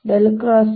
A